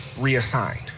reassigned